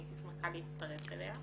הייתי שמחה להצטרף אליה.